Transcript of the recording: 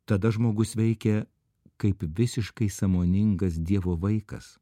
tada žmogus veikia kaip visiškai sąmoningas dievo vaikas